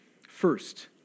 First